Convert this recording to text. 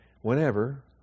whenever